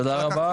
תודה רבה שמעון.